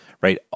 right